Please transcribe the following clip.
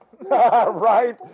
Right